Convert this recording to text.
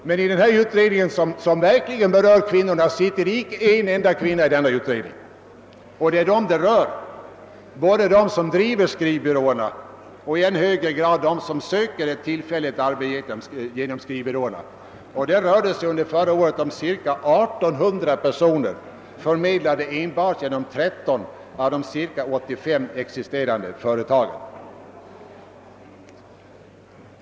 I denna utredning, sitter alltså inte en enda kvinna, trots att det är dem utredningen särskilt berör. Det rör de kvinnor som driver skrivbyråerna och i än högre grad de kvinnor som söker tillfälligt arbete ge nom skrivbyråerna. Förra året rörde det sig om cirka 1 800 personer, förmedlade enbart genom 13 av de cirka 85 existerande företagen.